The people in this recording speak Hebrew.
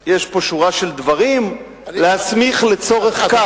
יש פה שורה של דברים: להסמיך לצורך כך,